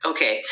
Okay